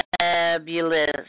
Fabulous